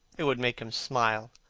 it would make him smile.